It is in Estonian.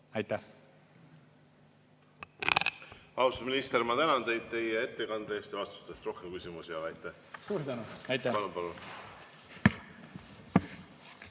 Aitäh!